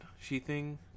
She-Thing